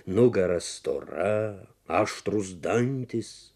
nugara stora aštrūs dantys